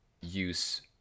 use